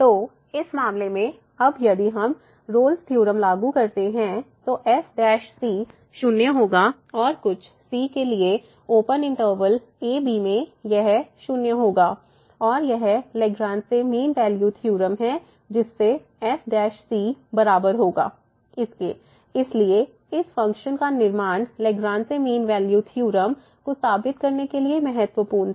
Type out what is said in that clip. तो इस मामले में अब यदि हम रोल्स की थ्योरम Rolle's theorem लागू करते हैं तो ϕ 0 होगा और कुछ c के लिए ओपन इंटरवल a b में यह 0 होगा और यह लैग्रेंज मीन वैल्यू थ्योरम है जिससे f बराबर होगा fb fb a0 इसलिए इस फंक्शन का निर्माण लैग्रेंज मीन वैल्यू थ्योरम को साबित करने के लिए महत्वपूर्ण था